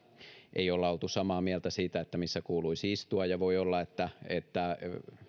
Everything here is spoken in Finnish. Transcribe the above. ei olla oltu samaa mieltä siitä missä kuuluisi istua ja voi olla että että